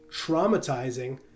traumatizing